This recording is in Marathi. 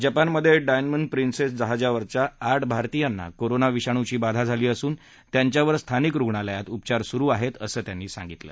जपानमधे डायमन प्रिन्सेस जहाजावरच्या आठ भारतीयांना कोरोना विषाणूची बाधा झाली असून त्याच्यावर स्थानिक रुग्णालयात उपचार सुरु आहेत असं त्यांनी सांगितलं